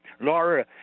Laura